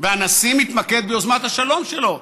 הנשיא מתמקד ביוזמת השלום שלו.